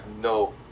no